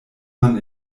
man